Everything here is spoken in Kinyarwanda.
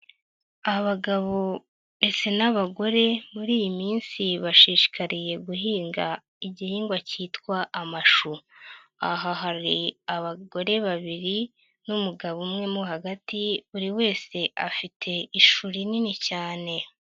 Abagabo ndetse n'abagore muri iyi minsi bashishikariye guhinga igihingwa cyitwa amashu, aha hari abagore babiri n'umugabo umwe mo hagati, buri wese afite ishu rinini cyane.